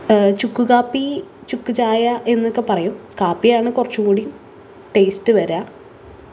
ചുക്ക് കാപ്പി ചുക്ക് ചായ എന്നൊക്കെ പറയും കാപ്പിയാണ് കുറച്ചും കൂടി ടേസ്റ്റ് വരുക